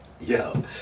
Yo